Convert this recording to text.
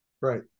right